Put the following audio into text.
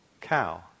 cow